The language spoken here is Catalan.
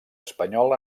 espanyol